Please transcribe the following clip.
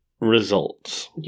Results